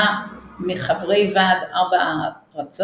היה מחברי ועד ארבע ארצות,